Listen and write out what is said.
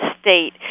state